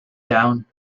down